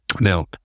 Now